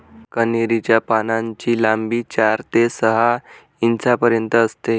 कन्हेरी च्या पानांची लांबी चार ते सहा इंचापर्यंत असते